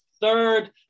third